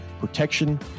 protection